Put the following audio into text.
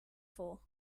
for